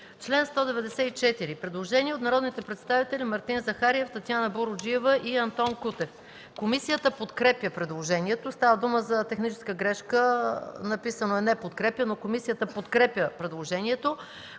Член 194 – предложение от народните представители Мартин Захариев, Татяна Буруджиева и Антон Кутев. Комисията подкрепя предложението. Става дума за техническа грешка – написано е „не подкрепя”, но комисията подкрепя предложението,